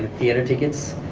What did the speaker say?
theater tickets,